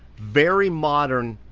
very modern